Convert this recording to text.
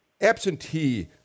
Absentee